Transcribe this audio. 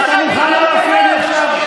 אתה מוכן לא להפריע לי עכשיו?